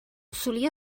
solia